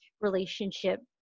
relationship